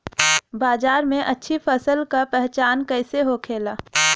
बाजार में अच्छी फसल का पहचान कैसे होखेला?